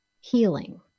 healing